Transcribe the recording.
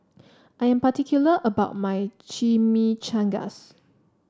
I am particular about my Chimichangas